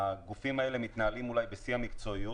הגופים האלה אולי מתנהלים בשיא המקצועיות.